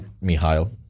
mihail